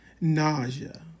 nausea